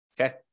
okay